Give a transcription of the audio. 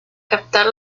captar